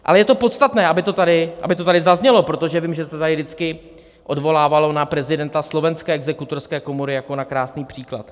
Ale je to podstatné, aby to tady zaznělo, protože vím, že se tady vždycky odvolávalo na prezidenta slovenské exekutorské komory jako na krásný příklad.